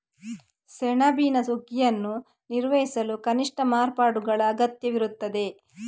ಸೆಣಬಿನ ಸುಗ್ಗಿಯನ್ನು ನಿರ್ವಹಿಸಲು ಕನಿಷ್ಠ ಮಾರ್ಪಾಡುಗಳ ಅಗತ್ಯವಿರುತ್ತದೆ